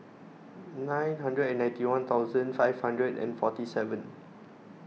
nine hundred and ninety one thousand five hundred and forty seven